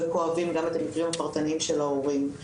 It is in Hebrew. וכואבים גם את המקרים הפרטניים של ההורים.